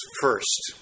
First